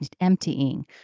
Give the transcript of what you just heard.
emptying